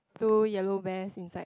two yellow vest inside